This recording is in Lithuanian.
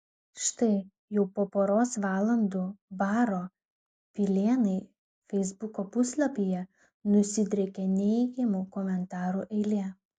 štai jau po poros valandų baro pilėnai feisbuko puslapyje nusidriekė neigiamų komentarų eilė